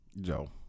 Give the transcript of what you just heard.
Joe